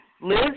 Liz